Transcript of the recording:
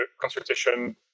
consultation